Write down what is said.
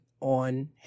on